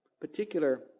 particular